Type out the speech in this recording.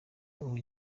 ubu